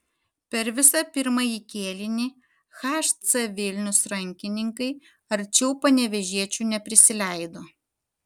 per visą pirmąjį kėlinį hc vilnius rankininkai arčiau panevėžiečių neprisileido